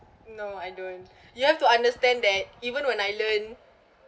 no I don't you have to understand that even when I learn